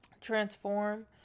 transform